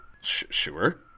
Sure